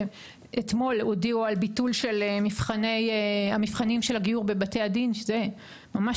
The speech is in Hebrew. אתמול הודיעו על ביטול של המבחינים של הגיור בבתי הדין שזה ממש